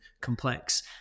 complex